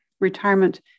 retirement